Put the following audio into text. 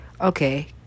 Okay